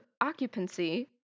occupancy